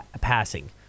passing